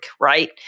right